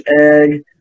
egg